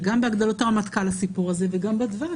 הסיפור הזה הוא גם בהגדלות הרמטכ"ל וגם בדבש.